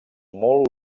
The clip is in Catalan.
molt